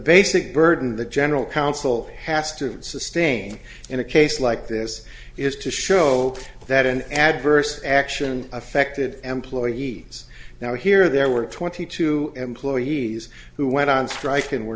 basic burden the general counsel has to sustain in a case like this is to show that in adverse action affected employees now here there were twenty two employees who went on strike and were